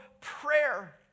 prayer